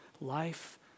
life